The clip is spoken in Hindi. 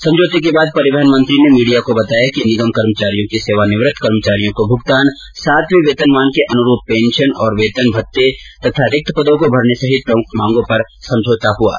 समझौते के बाद परिवहन मंत्री ने मीडिया को बताया कि निगम कर्मचारियों की सेवानिवृत्त कर्मचारियों को भुगतान सातवें वेतनमान के अनुरुप वेतन और पेंशन भत्ते तथा रिक्त पदों को भरने सहित प्रमुख मांगों पर समझौता हुआ हैं